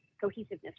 cohesiveness